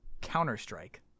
Counter-Strike